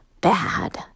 bad